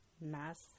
mass